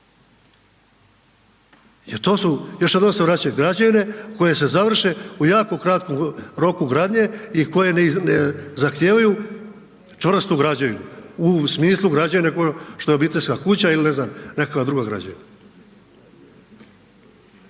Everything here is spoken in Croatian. jer to su, još jednom se vraćam, građevine koje se završe u jako kratkom roku gradnje i koje ne zahtijevaju čvrstu građevinu u smislu građevine što je obiteljska kuća ili ne znam, nekakva druga građevina.